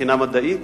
מבחינה מדעית?